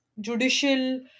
judicial